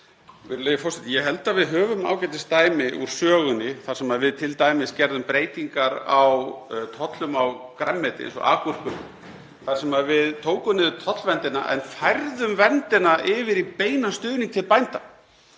Virðulegi forseti. Ég held að við höfum ágætisdæmi úr sögunni þegar við gerðum t.d. breytingar á tollum á grænmeti eins og agúrkum, þar sem við tókum niður tollverndina en færðum verndina yfir í beinan stuðning til bænda.